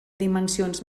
dimensions